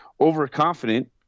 overconfident